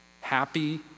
happy